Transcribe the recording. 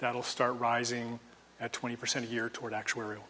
that will start rising at twenty percent a year toward actuarial